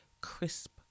crisp